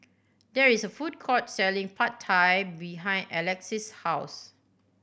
there is a food court selling Pad Thai behind Alexis' house